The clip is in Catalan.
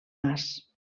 mas